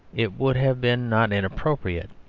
it would have been not inappropriate.